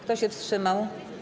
Kto się wstrzymał?